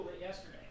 yesterday